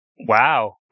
wow